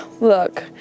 look